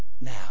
now